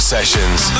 Sessions